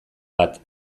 bat